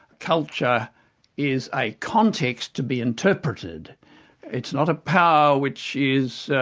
culture is a context to be interpreted it's not a power which is